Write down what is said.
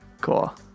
Cool